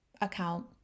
account